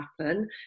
happen